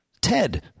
Ted